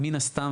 מן הסתם,